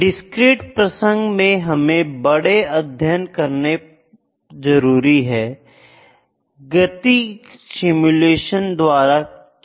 discrete प्रसंग में हमें बड़ा अध्ययन करना जरूरी है गीत सिमुलेशन द्वारा किया जा सकता है